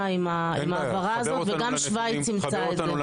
עם ההבהרה הזו וגם שוויץ אימצה את זה.